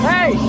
Hey